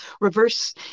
reverse